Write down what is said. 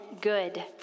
good